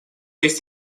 есть